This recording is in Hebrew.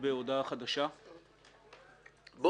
אני לא מבקש הודעה חדשה.